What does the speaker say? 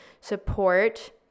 support